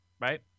right